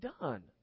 done